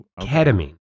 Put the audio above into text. Ketamine